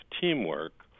teamwork